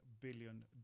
billion